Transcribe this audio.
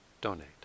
donate